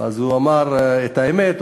אז הוא אמר את האמת.